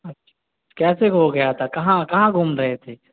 اچھا کیسے کھو گیا تھا کہاں کہاں گھوم رہے تھے